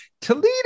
Toledo